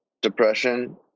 depression